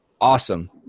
awesome